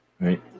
Right